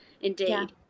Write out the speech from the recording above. indeed